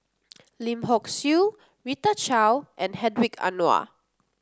Lim Hock Siew Rita Chao and Hedwig Anuar